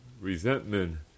resentment